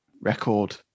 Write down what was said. record